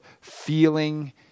feeling